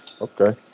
Okay